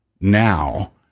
now